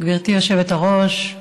גברתי היושבת-ראש,